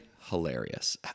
hilarious